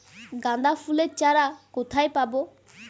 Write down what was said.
গাঁদা ফুলের চারা কোথায় পাবো?